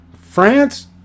France